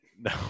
No